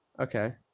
Okay